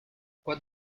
what